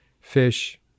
fish